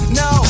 no